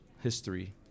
history